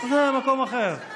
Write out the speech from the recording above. במקום אחר.